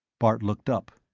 bart looked up.